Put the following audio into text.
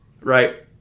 right